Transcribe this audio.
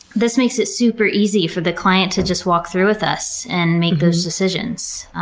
this makes it super easy for the client to just walk through with us and make those decisions.